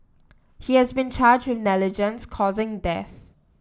he has been charged with negligence causing death